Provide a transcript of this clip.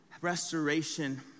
restoration